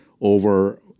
over